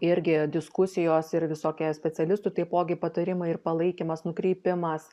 irgi diskusijos ir visokie specialistų taipogi patarimai ir palaikymas nukreipimas